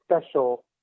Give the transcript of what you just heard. special